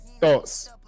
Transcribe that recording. thoughts